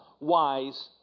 wise